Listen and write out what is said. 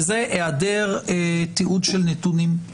וזה היעדר תיעוד של נתונים, סטטיסטיקות,